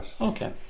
Okay